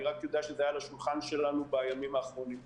אני רק יודע שזה היה על השולחן שלנו בימים האחרונים.